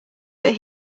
but